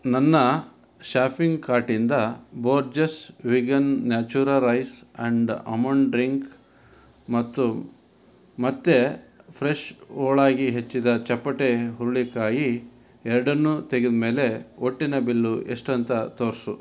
ನನ್ನ ಶಾಫಿಂಗ್ ಕಾರ್ಟಿಂದ Borges vegan natura rice and almond drink ಮತ್ತು ಮತ್ತೆ ಫ್ರೆಶ್ ಹೋಳಾಗಿ ಹೆಚ್ಚಿದ ಚಪ್ಪಟೆ ಹುರುಳಿಕಾಯಿ ಎರಡನ್ನು ತೆಗೆದಮೇಲೆ ಒಟ್ಟಿನ ಬಿಲ್ಲು ಎಷ್ಟಂತ ತೋರಿಸು